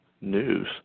news